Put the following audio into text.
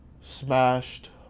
smashed